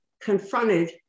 confronted